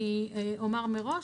אני אומר מראש,